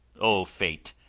o fate!